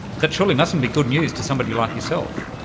that surely mustn't be good news to somebody like yourself?